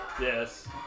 Yes